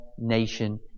Nation